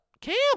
camp